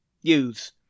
use